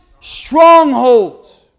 strongholds